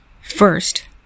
first